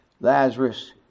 Lazarus